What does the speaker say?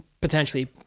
potentially